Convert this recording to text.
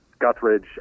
Guthridge